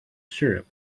syrup